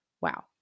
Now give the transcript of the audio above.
Wow